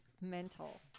mental